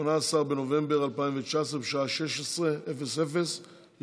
18 בנובמבר 2019, בשעה 16:00.